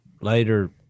later